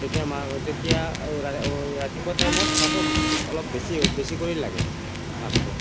তেতিয়া মা তেতিয়া ৰাতিপুৱা টাইমত আকৌ অলপ বেছি বেছি কৰি লাগে মাছটো